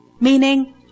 Meaning